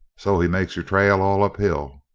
so he makes your trail all uphill?